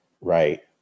right